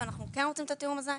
ואנחנו כן רוצים את התיאום הזה.